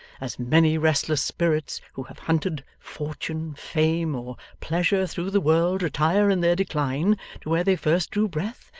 as many restless spirits, who have hunted fortune, fame, or pleasure through the world, retire in their decline to where they first drew breath,